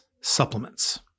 supplements